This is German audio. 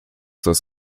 das